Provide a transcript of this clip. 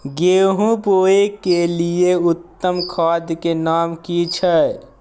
गेहूं बोअ के लिये उत्तम खाद के नाम की छै?